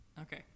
Okay